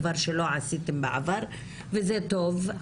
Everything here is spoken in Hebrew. דבר שלא עשיתם בעבר וזה טוב.